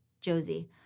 Josie